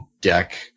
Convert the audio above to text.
deck